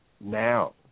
now